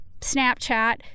Snapchat